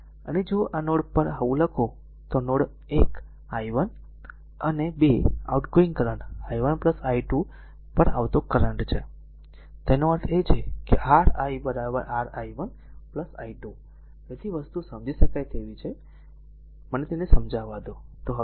તેથી આ નોડ પર જો આવું લખો તો નોડ 1 i અને 2 આઉટગોઇંગ કરંટ i1 i2 પર આવતો કરંટ છે તેનો અર્થ એ છે કે r i r i1 i2 તેથી વસ્તુઓ સમજી શકાય તેવી સરળ વસ્તુ સમજી શકાય તેવી છે તેથી મને તેને સમજાવા દો